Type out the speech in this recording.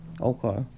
Okay